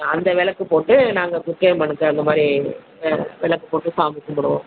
அந்த விளக்கு போட்டு நாங்கள் துர்க்கைம்மனுக்கு அந்த மாதிரி விளக்கு போட்டு சாமி கும்பிடுவோம்